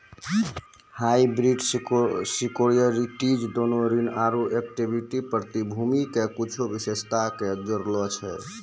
hybrid securities दोनो ऋण आरु इक्विटी प्रतिभूति के कुछो विशेषता के जोड़ै छै